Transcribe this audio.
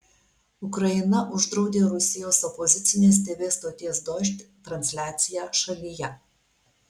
ukraina uždraudė rusijos opozicinės tv stoties dožd transliaciją šalyje